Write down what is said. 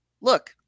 look